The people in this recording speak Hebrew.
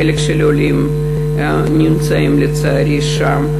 וחלק של העולים נמצאים, לצערי, שם.